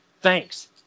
Thanks